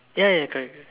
ya ya correct correct